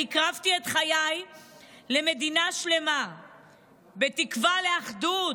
אני הקרבתי את חיי למדינה שלמה בתקווה לאחדות,